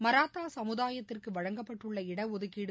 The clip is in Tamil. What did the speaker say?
மராட்டாசமுதாயத்திற்குவழங்கப்பட்டுள்ள இடஒதுக்கீடு